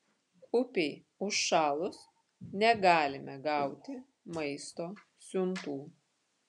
upei užšalus negalime gauti maisto siuntų